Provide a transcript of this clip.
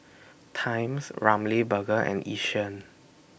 Times Ramly Burger and Yishion